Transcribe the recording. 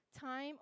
Time